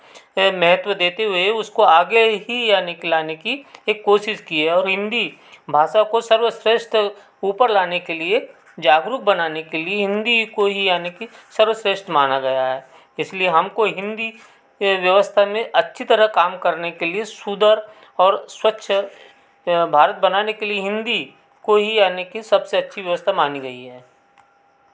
महत्व देते हुए उसको आगे ही या निकालने की कोशिश की है और हिंदी भाषा को सर्वश्रेष्ठ ऊपर लाने के लिए जागरूक बनाने के लिए हिंदी कोई आने की सर्वश्रेष्ठ माना गया है इसलिए हमको हिंदी व्यवस्था में अच्छी तरह काम करने के लिए सुंदर और स्वच्छ भारत बनाने के लिए हिंदी को ही आने की सबसे अच्छी व्यवस्था मानी गई है